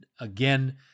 again